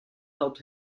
helped